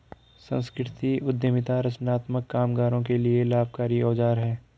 संस्कृति उद्यमिता रचनात्मक कामगारों के लिए लाभकारी औजार है